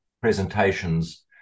presentations